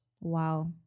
Wow